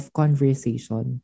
conversation